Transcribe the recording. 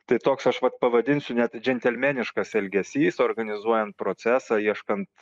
tai toks aš vat pavadinsiu net džentelmeniškas elgesys organizuojant procesą ieškant